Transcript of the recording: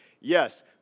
Yes